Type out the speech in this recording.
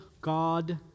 God